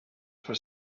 for